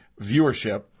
viewership